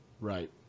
Right